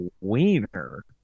wiener